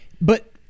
But-